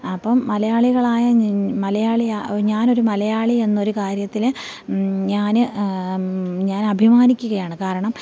അപ്പം മലയാളികളായ മലയാളിയാണ് ഞാനൊരു മലയാളി എന്നൊരു കാര്യത്തിൽ ഞാൻ ഞാൻ അഭിമാനിക്കുകയാണ് കാരണം